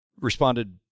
responded